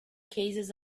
cases